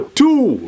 two